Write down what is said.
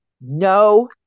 no